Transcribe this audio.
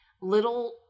little